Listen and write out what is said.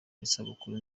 isabukuru